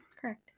Correct